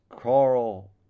Carl